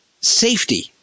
safety